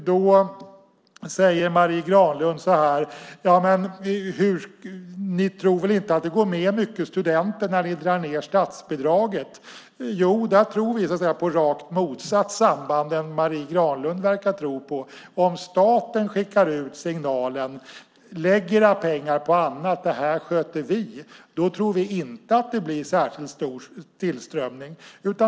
Då säger Marie Granlund så här: Ni tror väl inte att många studenter går med när ni drar ned statsbidraget? Jo, där tror vi så att säga på rakt motsatt samband mot det som Marie Granlund verkar tro på. Om staten skickar ut signalen "lägg era pengar på annat, det här sköter vi" tror vi inte att det blir särskilt stor tillströmning.